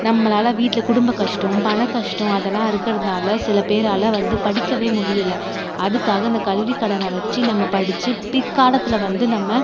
நம்மளால் வீட்டில் குடும்ப கஷ்டம் பண கஷ்டம் அதெல்லாம் இருக்கிறதுனால சில பேரால் வந்து படிக்கவே முடியலை அதுக்காக அந்தக் கல்விக் கடனை வச்சு நம்ம படித்து பிற்காலத்தில் வந்து நம்ம